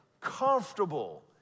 comfortable